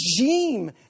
regime